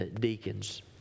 deacons